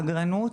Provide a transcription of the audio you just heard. אגרנות,